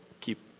keep